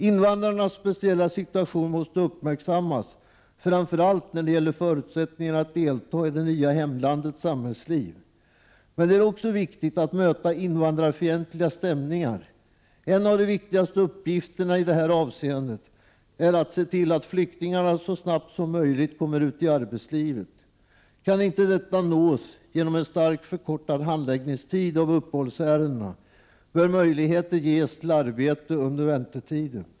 Invandrarnas speciella situation måste uppmärksammas, framför allt när det gäller förutsättningarna att delta i det nya hemlandets samhällsliv. Men ” det är också viktigt att möta invandrarfientliga stämningar. En av de viktigaste uppgifterna i detta avseende är att man ser till att flyktingarna så snabbt som möjligt kommer ut i arbetslivet. Kan inte detta åstadkommas genom en starkt förkortad handläggningstid av uppehållsärendena bör möjligheter ges till arbete under väntetiden.